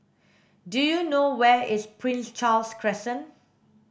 do you know where is Prince Charles Crescent